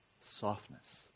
softness